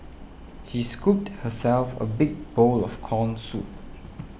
she scooped herself a big bowl of Corn Soup